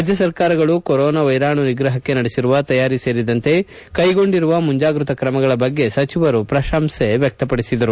ರಾಜ್ಞರ್ಕಾರಗಳು corona ವೈರಾಣು ನಿಗ್ರಪಕ್ಷೆ ನಡೆಸಿರುವ ತಯಾರಿ ಸೇರಿದಂತೆ ಕೈಗೊಂಡಿರುವ ಮುಂಚಾಗ್ರತಾ ಕ್ರಮಗಳ ಬಗ್ಗೆ ಸಚಿವರು ಪ್ರತಂಸೆ ವ್ಯಕ್ತಪಡಿಸಿದ್ದಾರೆ